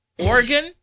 Oregon